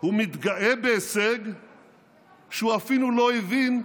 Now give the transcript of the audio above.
הוא מתגאה בהישג שהוא אפילו לא הבין,